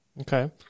Okay